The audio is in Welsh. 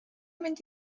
mynd